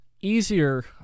easier